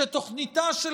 שתוכניתה של